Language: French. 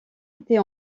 était